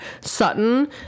Sutton